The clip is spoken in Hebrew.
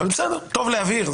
טוב להבהיר,